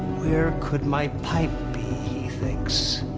where could my pipe be? he thinks.